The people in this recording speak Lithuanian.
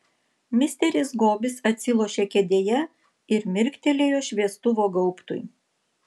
misteris gobis atsilošė kėdėje ir mirktelėjo šviestuvo gaubtui